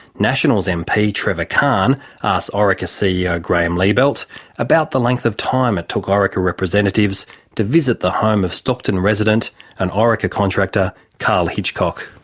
nationals' mp trevor khan asked orica ceo graeme liebelt about the length of time it took orica representatives to visit the home of stockton resident and orica contractor karl hitchcock.